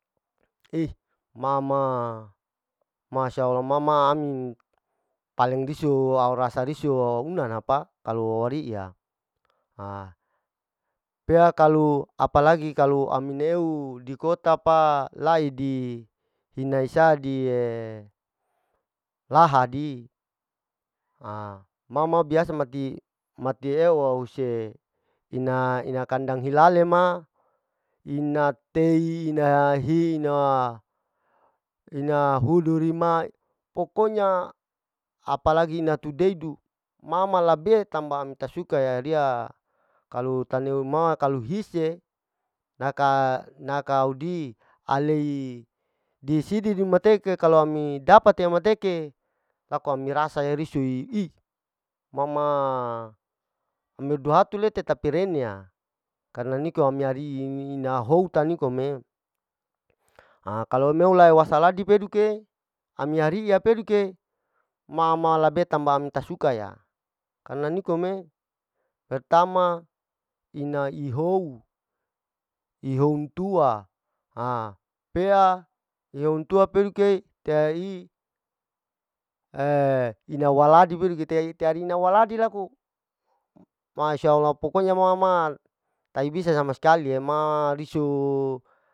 Hih ma ma masya allah ma ma amin paling risu au rasa risu una apa, kalo uri'ya, ha pea kalu apalagi, kalu amin eu di kota pa, lai dihina isa di e laha di, a ma ma biasa mati mati eu ause ina ina kandang hilale ma ina tei ina hina, hina huduri ma pokoknya apa lagi ina tudeidu ma ma, labeh tamba ami tak suka ya riya kalu taneu ma kalu hise naka, naka audi, alei disidi mateke kalu ami dapate mateke laku ami rasa risui, i ma ma amir duhatu lete tapi rene ya, karna nikom amir ari'i ina hou ta nikom ee, ha kalu ami lou wasaladi pekeduke, ami ariya pekeduke ma ma labe tamba ami tak suka ya, karna nikom e, pertama ina ihou, ihoun tua ha pea ihoun tua pekeduke teai? > ina waladi peduke ina waladi laku masya allah pokonya ma ma tahi bisa sama sekali ema lisu.